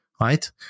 right